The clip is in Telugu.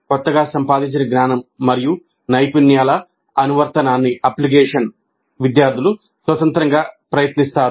కొత్తగా సంపాదించిన జ్ఞానం మరియు నైపుణ్యాల అనువర్తనాన్ని విద్యార్థులు స్వతంత్రంగా ప్రయత్నిస్తారు